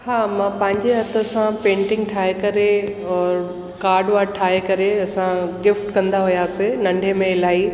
हा मां पंहिंजे हथ सां पेंटिंग ठाहे करे और काड वाड ठाहे करे असां गिफ्ट कंदा हुयासीं नंढे में इलाही